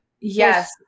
Yes